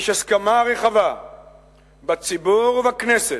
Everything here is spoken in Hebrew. יש הסכמה רחבה בציבור ובכנסת,